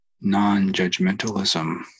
non-judgmentalism